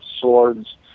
swords